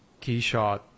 Keyshot